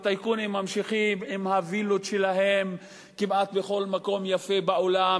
הטייקונים ממשיכים עם הווילות שלהם כמעט בכל מקום יפה בעולם,